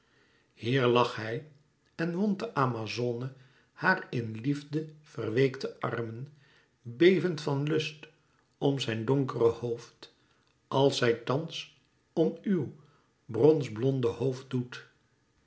hier lag hij en wond de amazone haar in liefde verweekte armen bevend van lust om zijn donkere hoofd als zij thans om uw bronsblonde hoofd doet